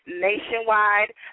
nationwide